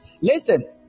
Listen